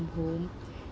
home